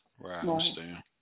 Right